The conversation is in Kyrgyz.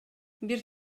бир